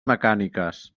mecàniques